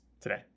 today